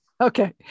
Okay